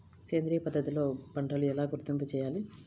సేంద్రియ పద్ధతిలో పంటలు ఎలా గుర్తింపు చేయాలి?